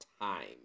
time